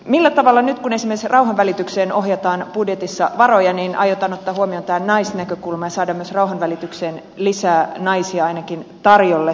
millä tavalla nyt kun esimerkiksi rauhanvälitykseen ohjataan budjetissa varoja aiotaan ottaa huomioon tämä naisnäkökulma ja saada myös rauhanvälitykseen lisää naisia ainakin tarjolle